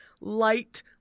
light